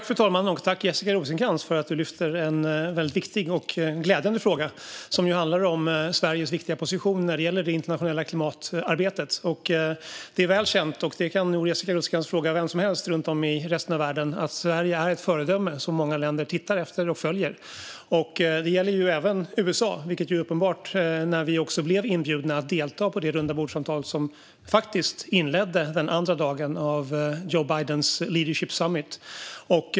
Fru talman! Tack, Jessica Rosencrantz, för att du lyfter en väldigt viktig och glädjande fråga som handlar om Sveriges viktiga position när det gäller det internationella klimatarbetet! Det är väl känt - Jessica Rosencrantz kan nog fråga vem som helst runt om i resten av världen - att Sverige är ett föredöme som många länder tittar efter och följer. Det gäller även USA, vilket är uppenbart eftersom vi blev inbjudna att delta i det rundabordssamtal som faktiskt inledde den andra dagen av Joe Bidens Leaders Summit.